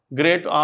great